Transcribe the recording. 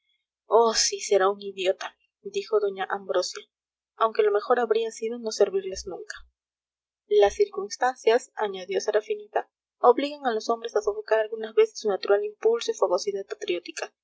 oh sí será un idiota dijo doña ambrosia aunque lo mejor habría sido no servirles nunca las circunstancias añadió serafinita obligan a los hombres a sofocar algunas veces su natural impulso y fogosidad patriótica